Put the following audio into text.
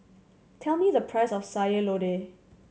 tell me the price of Sayur Lodeh